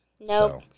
No